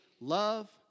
Love